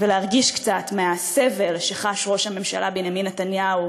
ולהרגיש קצת מהסבל שחש ראש הממשלה בנימין נתניהו